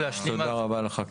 תודה רבה לך.